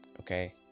okay